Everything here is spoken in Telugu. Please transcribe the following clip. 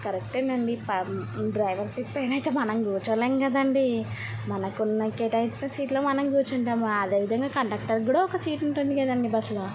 కరెక్టే నండి డ్రైవర్ సీట్ పైన అయితే మనం కూర్చోలేం కదండీ మనకున్న కేటాయించిన సీట్లో మనం కూర్చుంటాము అదేవిధంగా కండక్టర్కి కూడా ఒక సీట్ ఉంటుంది కదండి బస్లో